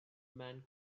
man